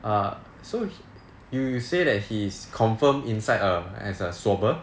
err so you you say that he's confirm inside um as a swabber